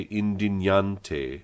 indignante